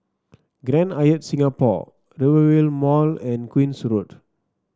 Grand Hyatt Singapore Rivervale Mall and Queen's Road